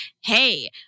hey